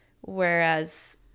whereas